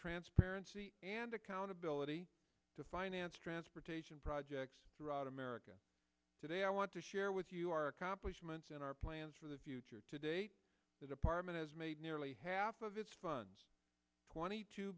transparency and accountability to finance transportation projects throughout america today i want to share with you our accomplishments and our plans for the future today the department has made nearly half of its funds twenty two